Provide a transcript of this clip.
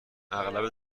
اغلب